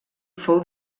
fou